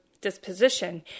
disposition